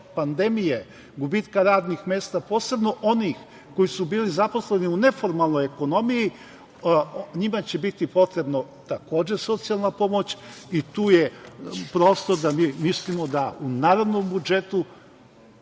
pandemije, gubitka radnih mesta, posebno onih koji su bili zaposleni u neformalnoj ekonomiji, njima će biti potrebna takođe socijalna pomoć i tu je prostor da mi mislimo da u narednom budžetu